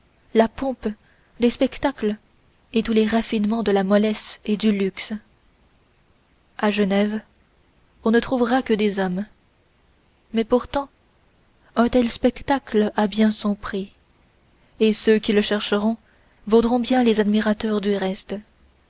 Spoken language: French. la pompe des spectacles et tous les raffinements de la mollesse et du luxe à genève on ne trouvera que des hommes mais pourtant un tel spectacle a bien son prix et ceux qui le rechercheront vaudront bien les admirateurs du reste